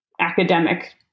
academic